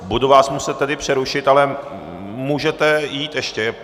Budu vás muset tedy přerušit, ale můžete jít ještě.